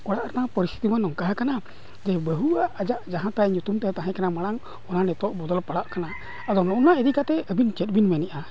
ᱚᱲᱟᱜ ᱨᱮᱱᱟᱜ ᱯᱚᱨᱤᱥᱛᱷᱤᱛᱤ ᱢᱟ ᱱᱚᱝᱠᱟ ᱟᱠᱟᱱᱟ ᱡᱮ ᱵᱟᱹᱦᱩᱣᱟᱜ ᱟᱭᱟᱜ ᱡᱟᱦᱟᱸᱛᱟᱭ ᱧᱩᱛᱩᱢ ᱛᱟᱭ ᱛᱟᱦᱮᱸ ᱠᱟᱱᱟ ᱢᱟᱲᱟᱝ ᱚᱱᱟ ᱧᱤᱛᱚᱜ ᱵᱚᱫᱚᱞ ᱯᱟᱲᱟᱜ ᱠᱟᱱᱟ ᱟᱫᱚ ᱱᱚᱣᱟ ᱤᱫᱤ ᱠᱟᱛᱮᱫ ᱟᱹᱵᱤᱱ ᱪᱮᱫ ᱵᱤᱱ ᱢᱮᱱᱮᱫᱼᱟ